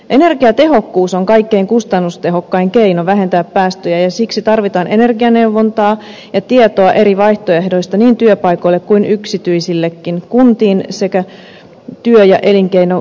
energiatehokkuus on kaikkein kustannustehokkain keino vähentää päästöjä ja siksi tarvitaan energianeuvontaa ja tietoa eri vaihtoehdoista niin työpaikoille kuin yksityisillekin kuntiin sekä työ ja elinkeinokeskuksiin